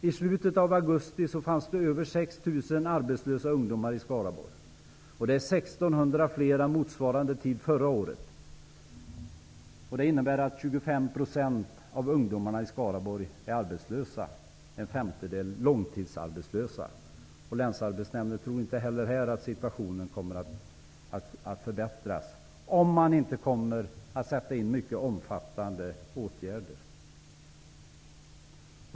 I slutet av augusti fanns det över 6 000 arbetslösa ungdomar i Skaraborg, och det är 1 600 fler än motsvarande tid förra året. Det innebär att 25 % av ungdomarna i Skaraborg är arbetslösa, en femtedel långtidsarbetslösa. Länsarbetsnämnden tror inte heller här att situationen kommer att förbättras, om man inte sätter in mycket omfattande åtgärder.